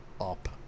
up